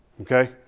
Okay